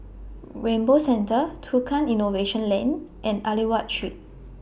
Rainbow Centre Tukang Innovation Lane and Aliwal Street